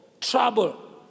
trouble